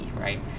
right